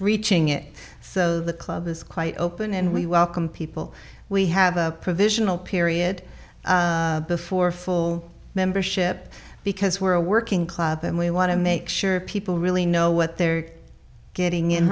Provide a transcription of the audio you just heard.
reaching it so the club is quite open and we welcome people we have a provisional period before full membership because we're a working class and we want to make sure people really know what they're getting in